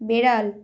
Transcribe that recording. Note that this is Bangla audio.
বেড়াল